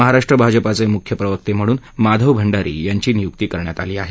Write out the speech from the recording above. महाराष्ट्र भाजपाचे म्ख्य प्रवक्ते म्हणून माधव भांडारी यांची नियुक्ती करण्यात आली आहे